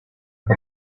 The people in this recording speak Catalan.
per